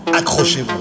accrochez-vous